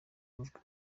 avuga